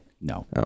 No